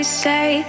say